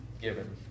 given